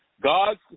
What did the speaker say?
God